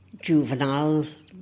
Juveniles